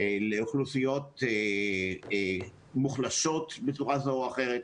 לאוכלוסיות מוחלשות בצורה זאת או אחרת.